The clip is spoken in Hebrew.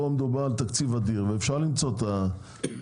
פה מדובר על תקציב אדיר, אפשר למצוא את הטכניקה.